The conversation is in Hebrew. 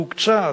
מהוקצעת,